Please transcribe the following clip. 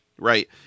Right